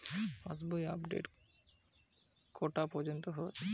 পাশ বই আপডেট কটা পর্যন্ত হয়?